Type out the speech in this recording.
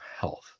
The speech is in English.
health